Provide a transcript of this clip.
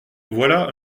voilà